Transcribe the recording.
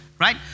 right